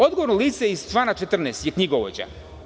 Odgovorno lice iz člana 14. je knjigovođa.